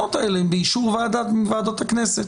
והתקנות האלה הן באישור ועדה מוועדות הכנסת,